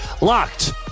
Locked